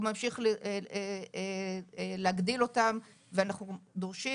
הוא ממשיך להגדיל אותם ואנחנו דורשים